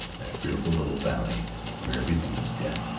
that fearful little valley where everything was dead,